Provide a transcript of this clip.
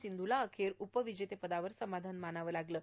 सिंधूला अखेर उपविजेतेपदावर समाधान मानावं लागलं आहे